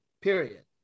period